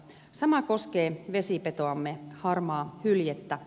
sama koskee vesipetoamme harmaahyljettä